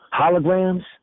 Holograms